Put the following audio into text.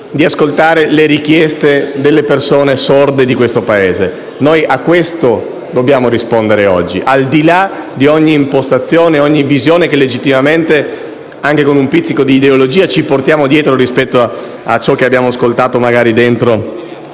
ascoltando le richieste delle persone sorde del nostro Paese. È ad esse che noi dobbiamo rispondere oggi, al di là di ogni impostazione e di ogni visione che legittimamente, anche con un pizzico di ideologia, ci portiamo dietro rispetto a ciò che abbiamo ascoltato dentro